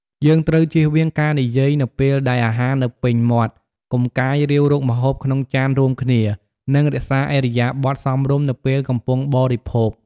យើងត្រូវជៀសវាងការនិយាយនៅពេលដែលអាហារនៅពេញមាត់ កុំកាយរាវរកម្ហូបក្នុងចានរួមគ្នា និងរក្សាឥរិយាបថសមរម្យនៅពេលកំពុងបរិភោគ។។